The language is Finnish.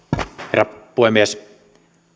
herra puhemies